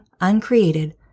uncreated